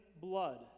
blood